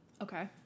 Okay